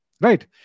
Right